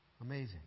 Amazing